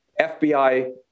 FBI